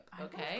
Okay